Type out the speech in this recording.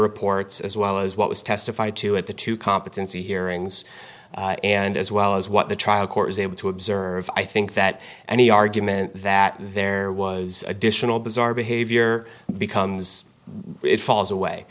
reports as well as what was testified to at the two competency hearings and as well as what the trial court was able to observe i think that any argument that there was additional bizarre behavior becomes it falls away